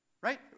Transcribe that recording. Right